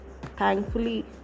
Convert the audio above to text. Thankfully